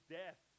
death